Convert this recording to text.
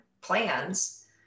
plans